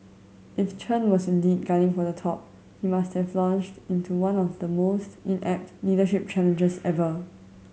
if Chen was indeed gunning for the top he must have launched into one of the most inept leadership challenges ever